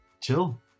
Chill